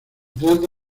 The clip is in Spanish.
trata